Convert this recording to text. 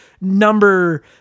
number